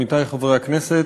עמיתי חברי הכנסת,